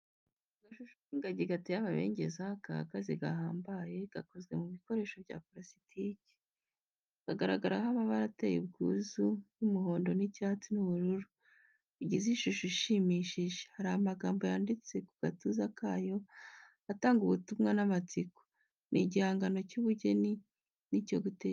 Agashusho k’ingagi gateye amabengeza gahagaze gahambaye, gakozwe mu bikoresho bya pulasitike. Kagaragaraho amabara ateye ubwuzu y’umuhondo, icyatsi n’ubururu, bigize ishusho ishimishije. Hari amagambo yanditse ku gatuza kayo, atanga ubutumwa n’amatsiko. Ni igihangano cy’ubugeni n’icyo gutekerezaho.